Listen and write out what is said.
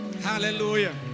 Hallelujah